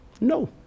no